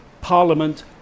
Parliament